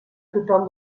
tothom